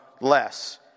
less